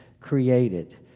created